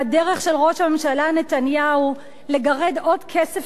והדרך של ראש הממשלה נתניהו לגרד עוד כסף